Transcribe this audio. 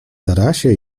tarasie